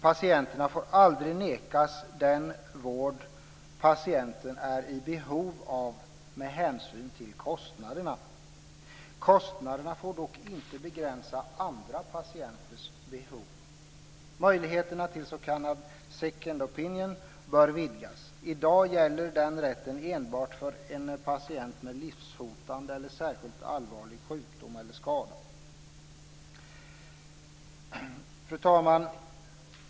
Patienten får aldrig nekas den vård patienten är i behov av med hänsyn till kostnaderna. Kostnaderna får dock inte begränsa andra patienters behov. Möjligheterna till s.k. second opinion bör vidgas. I dag gäller den rätten enbart för en patient med livshotande eller särskilt allvarlig sjukdom eller skada. Fru talman!